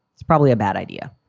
it's probably a bad idea.